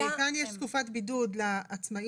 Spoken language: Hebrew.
כאן יש תקופת בידוד לעצמאים,